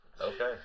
okay